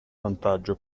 vantaggio